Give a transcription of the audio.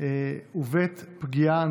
חוה אתי עטייה,